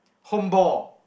home ball